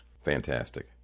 Fantastic